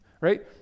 right